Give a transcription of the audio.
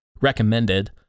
recommended